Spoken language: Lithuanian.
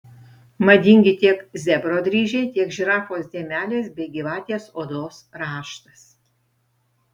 madingi tiek zebro dryžiai tiek žirafos dėmelės bei gyvatės odos raštas